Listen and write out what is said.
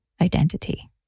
identity